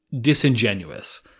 disingenuous